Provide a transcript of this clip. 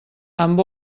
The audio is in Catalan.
amb